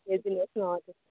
हेरिदिनुहोस् न हजुर